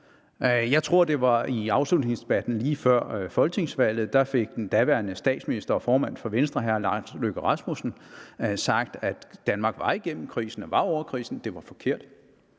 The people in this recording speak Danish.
Jeg tror, at det var i afslutningsdebatten lige før folketingsvalget. Der fik den daværende statsminister og formand for Venstre, hr. Lars Løkke Rasmussen, sagt, at Danmark var igennem krisen og var ovre krisen. Det var forkert.